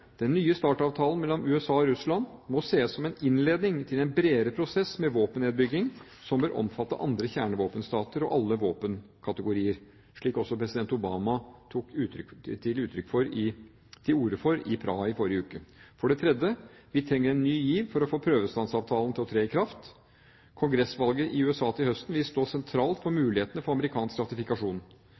Den nye START-avtalen mellom USA og Russland må ses som en innledning til en bredere prosess med våpennedbygging, som bør omfatte andre kjernevåpenstater og alle våpenkategorier, slik også president Obama tok til orde for i Praha i forrige uke. For det tredje: Vi trenger en ny giv for å få prøvestansavtalen til å tre i kraft. Kongressvalget i USA til høsten vil stå sentralt for mulighetene for amerikansk ratifikasjon.